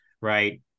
right